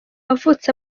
wavutse